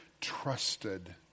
trusted